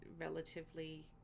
relatively